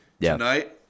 Tonight